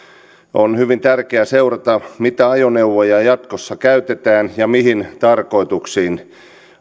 on hyvin tärkeää seurata mitä ajoneuvoja jatkossa käytetään ja mihin tarkoituksiin